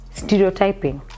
stereotyping